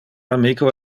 amico